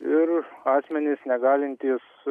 ir asmenys negalintys